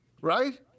right